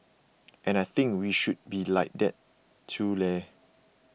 and I think we should be like that too leh